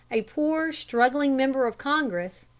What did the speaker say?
a poor, struggling member of congress,